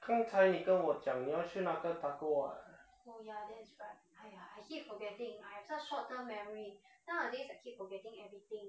刚才你跟我讲你要吃那个 taco [what]